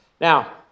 Now